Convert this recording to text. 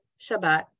shabbat